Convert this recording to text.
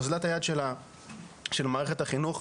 אוזלת הילד של מערכת החינוך,